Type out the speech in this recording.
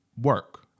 work